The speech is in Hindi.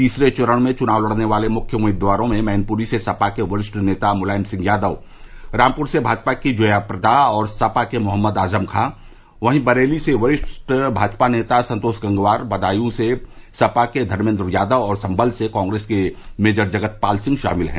तीसरे चरण में चुनाव लड़ने वाले मुख्य उम्मीदवारों में मैनपुरी से सपा के वरिष्ठ नेता मुलायम सिंह यादव रामपुर से भाजपा की जया प्रदा और सपा के मोहम्मद आजम खां वहीं बरेली से भाजपा के वरिष्ठ नेता संतोष गंगवार बदायूं से सपा के धर्मेन्द्र यादव और संभल से कांग्रेस के मेजर जगतपाल सिंह शामिल है